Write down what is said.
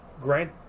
Grant